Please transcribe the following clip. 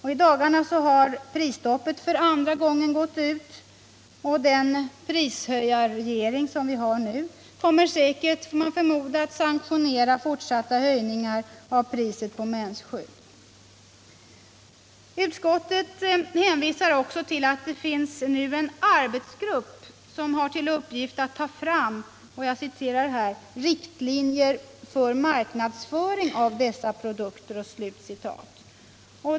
I dagarna har prisstoppet för andra gången gått ut, och den nuvarande prishöjarregeringen kommer säkert att sanktionera fortsatta höjningar av priset på mensskydd. Utskottet hänvisar också till att det nu finns en arbetsgrupp med uppgift att ta fram ”riktlinjer för marknadsföring av dessa produkter”.